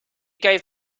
gave